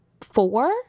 four